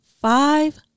Five